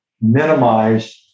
minimize